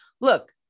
look